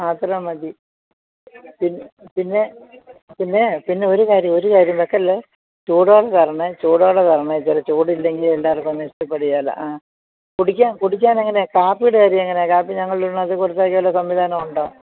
മാത്രം മതി പി പിന്നെ പിന്നെ പിന്നെ ഒരു കാര്യം ഒരു കാര്യം വെക്കല്ലേ ചൂടോടെ തരണേ ചൂടോടെ തരണേ ചെറിയ ചൂടില്ലെങ്കില് എല്ലാവർക്കുമൊന്നും ഇഷ്ടപ്പെടുകേല ആ കുടിക്കാൻ കുടിക്കാൻ എങ്ങനെ കാപ്പിയുടെ കാര്യമെങ്ങനെയാണ് കാപ്പി ഞങ്ങളിടണോ അതോ കൊടുത്തയയ്ക്കാന് വല്ല സംവിധാനം ഉണ്ടോ